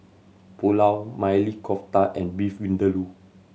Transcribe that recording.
Pulao Maili Kofta and Beef Vindaloo